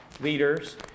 leaders